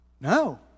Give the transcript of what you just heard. no